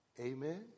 Amen